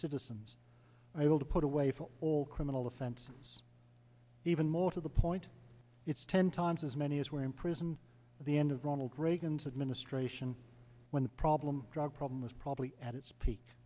citizens i will put away for all criminal offenses even more to the point it's ten times as many as were imprisoned at the end of ronald reagan's administration when the problem drug problem is probably at its peak